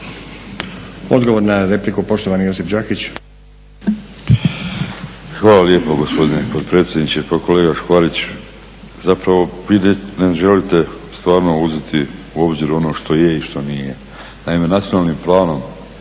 Odgovor na repliku poštovani Josip Đakić. **Đakić, Josip (HDZ)** Hvala lijepo gospodine potpredsjedniče. Pa kolega Škvarić, zapravo vi ne želite stvarno uzeti u obzir ono što je i što nije. Naime, nacionalnim planom